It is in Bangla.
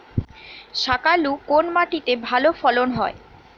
শাকালু কোন মাটিতে ভালো ফলন হয়?